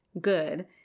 good